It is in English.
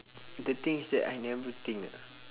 the things that I never think ah